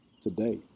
Today